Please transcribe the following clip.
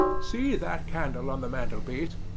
see that candle on the mantelpiece.